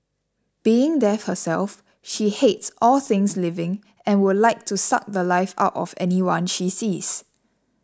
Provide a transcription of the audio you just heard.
being death herself she hates all things living and would like to suck the Life out of anyone she sees